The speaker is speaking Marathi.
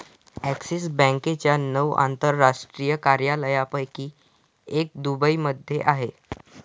ॲक्सिस बँकेच्या नऊ आंतरराष्ट्रीय कार्यालयांपैकी एक दुबईमध्ये आहे